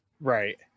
Right